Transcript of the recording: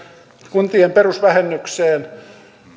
kuntien perusvähennykseen